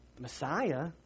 Messiah